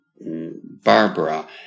Barbara